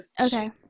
okay